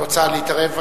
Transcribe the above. את רוצה להתערב?